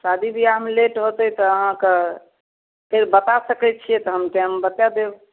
शादी बिआहमे लेट हेतै तऽ अहाँके फेर बता सकै छिए तऽ हम टाइम बता देब